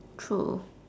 true